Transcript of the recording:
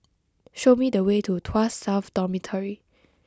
show me the way to Tuas South Dormitory